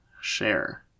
Share